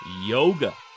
Yoga